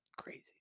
Crazy